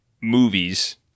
movies